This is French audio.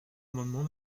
amendement